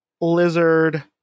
Lizard